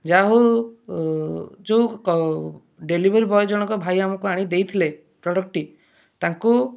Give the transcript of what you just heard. ଯାହା ହେଉ ଯେଉଁ ଡେଲିଭରୀ ବୟ ଜଣକ ଭାଇ ଆମକୁ ଆଣିକି ଦେଇଥିଲେ ପ୍ରଡ଼କ୍ଟଟି ତାଙ୍କୁ